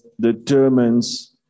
determines